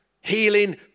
healing